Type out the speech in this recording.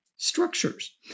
Structures